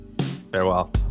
Farewell